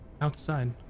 outside